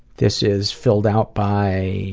this is filled out by